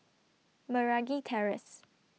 Meragi Terrace